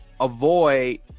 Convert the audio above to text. avoid